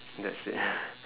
that's it